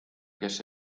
kes